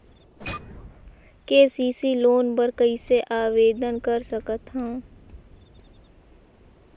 KCC loan बर कइसे आवेदन कर सकथव?